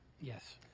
Yes